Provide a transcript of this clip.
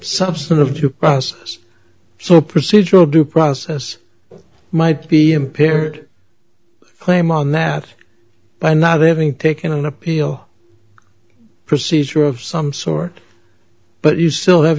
substantive to process so procedural due process might be impaired claim on that by not having taken an appeal procedure of some sort but you still have